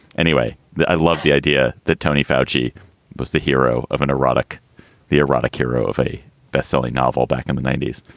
anyway, i love the idea that tony foushee was the hero of an erotic the erotic hero of a bestselling novel back in the ninety s.